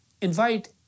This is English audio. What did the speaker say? Invite